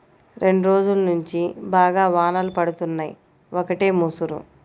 రెండ్రోజుల్నుంచి బాగా వానలు పడుతున్నయ్, ఒకటే ముసురు